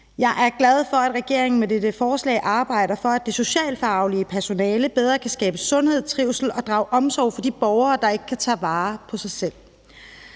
Jeg er glad for, at regeringen med dette forslag arbejder for, at det socialfaglige personale bedre kan skabe sundhed, trivsel og drage omsorg for de borgere, der ikke kan tage vare på sig selv.